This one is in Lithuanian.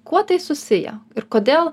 kuo tai susiję ir kodėl